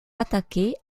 attaquer